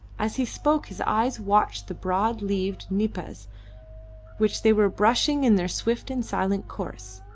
as he spoke his eyes watched the broad-leaved nipas which they were brushing in their swift and silent course.